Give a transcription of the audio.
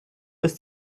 ist